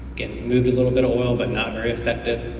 again, moved a little bit of oil, but not very effective.